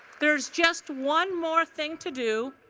there's just one more thing to do.